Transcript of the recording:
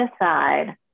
aside